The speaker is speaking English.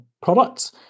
products